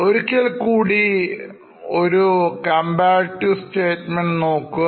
ഒരിക്കൽ കൂടി ഒരുcomparative statement നോക്കുക